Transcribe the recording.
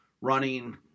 running